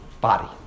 body